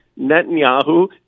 Netanyahu